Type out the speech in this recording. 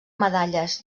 medalles